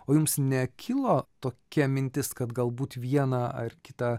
o jums nekilo tokia mintis kad galbūt vieną ar kitą